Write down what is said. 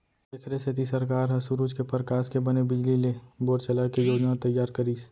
एखरे सेती सरकार ह सूरूज के परकास के बने बिजली ले बोर चलाए के योजना तइयार करिस